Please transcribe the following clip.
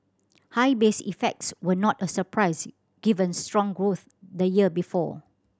high base effects were not a surprise given strong growth the year before